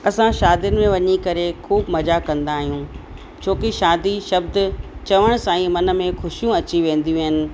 असां शादियुनि में वञी करे ख़ूबु मज़ा कंदा आहियूं छो की शादी शब्द चवण सां ई मन में ख़ुशियूं अची वेंदियूं आहिनि